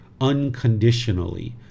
unconditionally